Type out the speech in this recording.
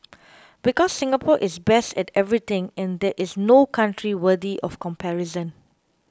because Singapore is best at everything and there is no country worthy of comparison